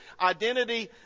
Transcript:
identity